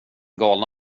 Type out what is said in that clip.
galna